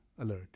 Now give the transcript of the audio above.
alert